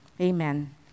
Amen